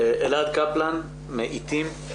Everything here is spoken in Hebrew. אלעד קפלן מעתים.